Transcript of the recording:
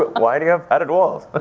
but why do you have padded walls? but